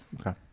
Okay